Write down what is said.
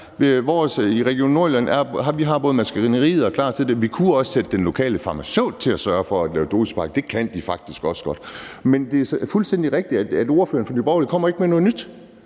I Region Nordjylland har vi både maskineriet og er klar til det. Vi kunne også sætte den lokale farmaceut til at sørge for at lave dosispakker. Det kan de faktisk også godt. Men det er fuldstændig rigtigt, at ordføreren for Nye Borgerlige ikke kommer med noget nyt.